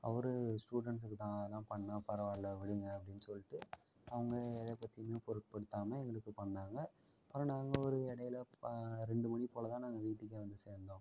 அவர் ஸ்டூடண்ட்ஸுக்கு தான் இதெலாம் பண்ணேன் பரவாயில்ல விடுங்கள் அப்படினு சொல்லிட்டு அவங்க எதைப்பத்தியுமே பொருட்படுத்தாமல் எங்களுக்கு பண்ணாங்கள் ஆனால் நாங்கள் ஒரு இடையில ரெண்டு மணிப்போல்தான் நாங்கள் வீட்டுக்கே வந்து சேர்ந்தோம்